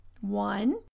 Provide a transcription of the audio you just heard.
one